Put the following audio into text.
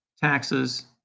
taxes